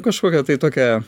kažkokią tai tokią